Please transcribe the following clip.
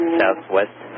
southwest